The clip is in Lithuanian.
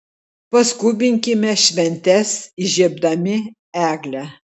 paskubinkime šventes įžiebdami eglę